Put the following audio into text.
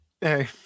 hey